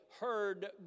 heard